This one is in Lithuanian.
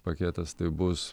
paketas tai bus